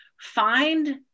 find